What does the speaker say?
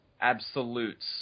Absolutes